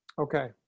Okay